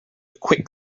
quick